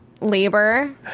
labor